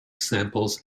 samples